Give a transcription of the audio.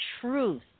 truth